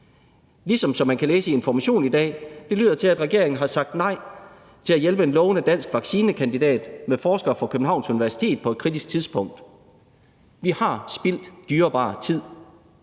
Og som man kan læse i Information i dag, lyder det til, at regeringen har sagt nej til at hjælpe en lovende dansk vaccinekandidat med forskere fra Københavns Universitet på et kritisk tidspunkt. Vi har spildt dyrebar tid.